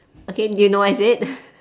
okay do you know what is it